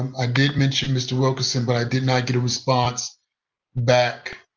i did mention mr. wilkerson but i did not get a response back